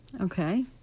Okay